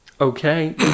Okay